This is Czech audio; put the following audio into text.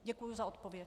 Děkuji za odpověď.